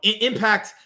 impact